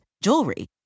jewelry